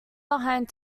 behind